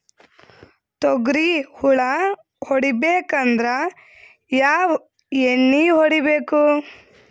ತೊಗ್ರಿ ಹುಳ ಹೊಡಿಬೇಕಂದ್ರ ಯಾವ್ ಎಣ್ಣಿ ಹೊಡಿಬೇಕು?